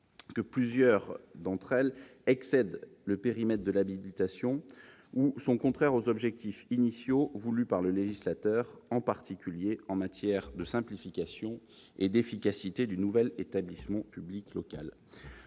que plusieurs d'entre elles excèdent le périmètre de l'habilitation ou sont contraires aux objectifs initiaux voulus par le législateur, en particulier en matière de simplification et d'efficacité du nouvel établissement public local.